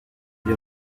ils